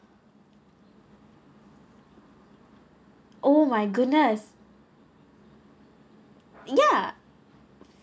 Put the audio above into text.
oh my goodness ya